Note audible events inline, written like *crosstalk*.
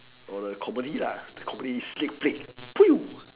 or the comedy lah the comedy sneak peek *noise*